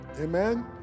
Amen